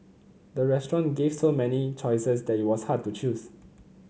the restaurant gave so many choices that it was hard to choose